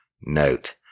Note